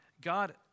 God